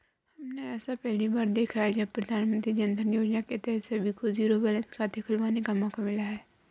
हमने ऐसा पहली बार देखा है जब प्रधानमन्त्री जनधन योजना के तहत सभी को जीरो बैलेंस खाते खुलवाने का मौका मिला